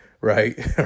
right